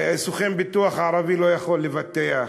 סוכן ביטוח ערבי לא יכול לבטח,